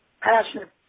passionate